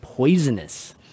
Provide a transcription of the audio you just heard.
poisonous